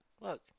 look